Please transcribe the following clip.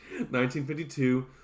1952